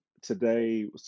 today